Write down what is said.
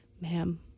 Ma'am